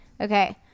Okay